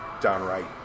downright